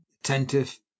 attentive